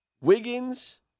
Wiggins